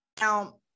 Now